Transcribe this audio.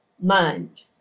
mind